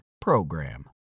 PROGRAM